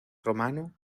romano